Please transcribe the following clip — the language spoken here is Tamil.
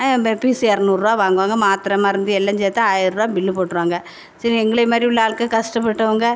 பீஸ்ஸு இரநூறுவா வாங்குவாங்க மாத்திர மருந்து எல்லாம் சேர்த்து ஆயிருவா பில்லு போட்டுருவாங்க சரி எங்களே மாதிரி உள்ளே ஆட்கள் கஷ்டப்பட்டவங்க